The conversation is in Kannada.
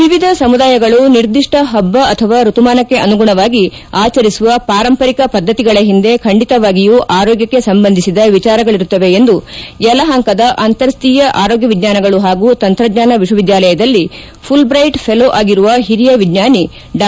ವಿವಿಧ ಸಮುದಾಯಗಳು ನಿರ್ದಿಷ್ಟ ಹಬ್ಬ ಅಥವಾ ಋತುಮಾನಕ್ಕೆ ಅನುಗುಣವಾಗಿ ಆಚರಿಸುವ ಪಾರಂಪರಿಕ ಪದ್ಧತಿಗಳ ಹಿಂದೆ ಖಂಡಿತವಾಗಿಯೂ ಆರೋಗ್ಯಕ್ಷೆ ಸಂಬಂಧಿಸಿದ ವಿಚಾರಗಳರುತ್ತವೆ ಎಂದು ಯಲಹಂಕದ ಅಂತ್ಯಾರಿಯಾ ಆರೋಗ್ಯ ವಿಚ್ವಾನಗಳು ಹಾಗೂ ತಂತ್ರಜ್ಞಾನ ವಿಶ್ವವಿದ್ಯಾಲಯದಲ್ಲಿ ಫುಲ್ ಟ್ರೈಟ್ ಫೆಲೋ ಆಗಿರುವ ಹಿರಿಯ ವಿಜ್ವಾನಿ ಡಾ